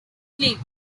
sleeve